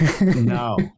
No